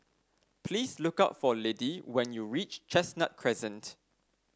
please look up for Liddie when you reach Chestnut Crescent